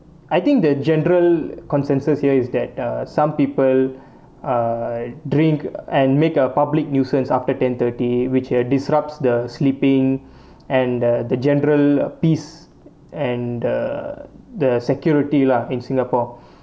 I think the general consensus here is that err some people uh drink and make a public nuisance after ten thirty which disrupts the sleeping and uh the general peace and uh the security lah in singapore